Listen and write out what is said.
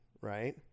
right